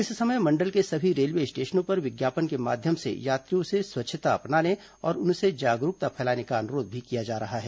इस समय मंडल के सभी रेलवे स्टेशनों पर विज्ञापन के माध्यम से यात्रियों से स्वच्छता अपनाने और उनसे जागरूकता फैलाने का अनुरोध किया जा रहा है